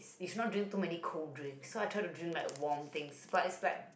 you should not drink too many cold drinks so I tried to drink like warm things but is like